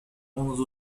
منذ